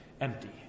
empty